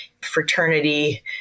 fraternity